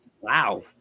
wow